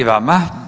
I vama.